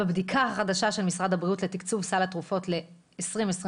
בבדיקה החדשה של משרד הבריאות לתקצוב סל התרופות ל-2022,